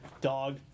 Dog